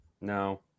No